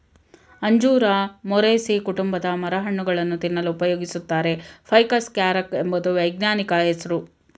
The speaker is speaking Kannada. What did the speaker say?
ಅಂಜೂರ ಮೊರೇಸೀ ಕುಟುಂಬದ ಮರ ಹಣ್ಣುಗಳನ್ನು ತಿನ್ನಲು ಉಪಯೋಗಿಸುತ್ತಾರೆ ಫೈಕಸ್ ಕ್ಯಾರಿಕ ಎಂಬುದು ವೈಜ್ಞಾನಿಕ ಹೆಸ್ರು